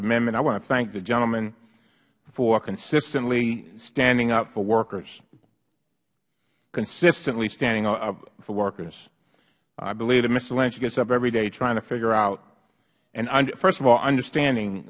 amendment i want to thank the gentleman for consistently standing up for workers consistently standing up for workers i believe that mister lynch gets up every day trying to figure out first of all understanding